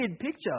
picture